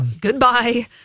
Goodbye